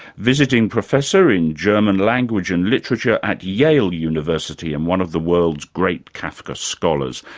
visiting professor in german language and literature at yale university and one of the world's great kafka scholars.